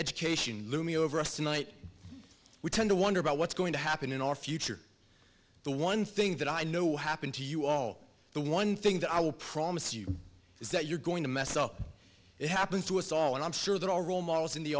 education looming over us tonight we tend to wonder about what's going to happen in our future the one thing that i know will happen to you all the one thing that i will promise you is that you're going to meso it happens to us all and i'm sure that all role models in the